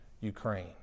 Ukraine